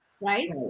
right